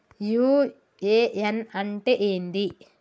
UAN అంటే ఏంది?